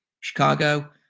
chicago